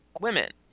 women